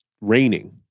raining